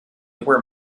were